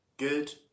Good